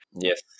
Yes